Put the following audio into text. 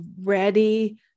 ready